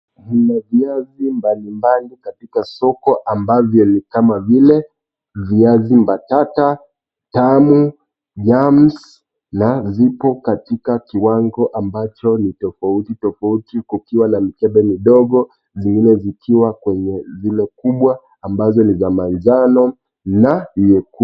Kuna viazi mbalimbali katika soko ambavyo ni kama vile, viazi mbatata, tamu, yams na zipo katika viwango ambacho ni tofauti tofauti, kukiwa na mikebe midogo na zingine zikiwa kwenye zile kubwa, za rangi ya manjano na zingine kwenye yangi nyekundu.